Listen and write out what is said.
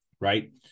right